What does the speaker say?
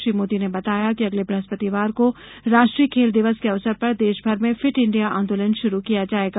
श्री मोदी ने बताया कि अगले ब्रहस्पतिवार को राष्ट्रीय खेल दिवस के अवसर पर देशभर में फिट इंडिया आंदोलन शुरू किया जाएगा